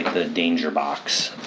the danger box.